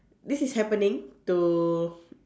this is happening to